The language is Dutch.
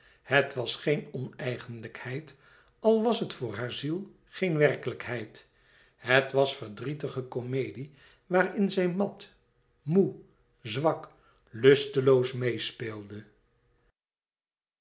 het was geen oneigenlijkheid al was het voor haar ziel geen werkelijkheid het was verdrietige komedie waarin zij mat moê zwak lusteloos meêspeelde